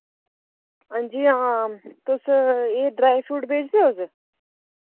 हां जी हां तुस एह् ड्राई फ्रूट बेचदे ओ तुस